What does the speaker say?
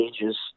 ages